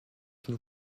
une